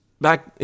Back